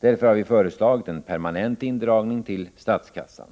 Därför har vi föreslagit en permanent indragning till statskassan.